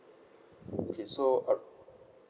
okay so